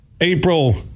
April